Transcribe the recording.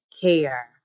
care